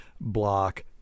block